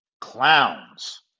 Clowns